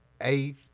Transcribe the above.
eighth